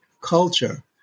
culture